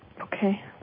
Okay